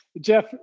Jeff